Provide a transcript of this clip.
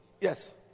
Yes